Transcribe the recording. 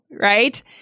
right